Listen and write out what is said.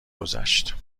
گذشت